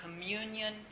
communion